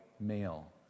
male